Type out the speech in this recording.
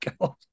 god